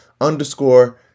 underscore